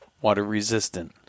water-resistant